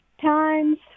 times